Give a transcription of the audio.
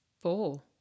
Four